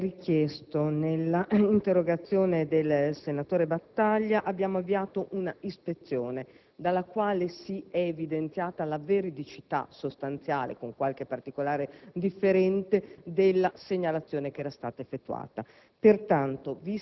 Come richiesto nella interrogazione del senatore Battaglia, abbiamo avviato un'ispezione dalla quale si è evidenziata la sostanziale veridicità (con qualche particolare differente) della segnalazione che era stata effettuata.